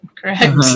correct